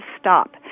stop